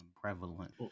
prevalent